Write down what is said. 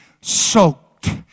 soaked